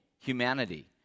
humanity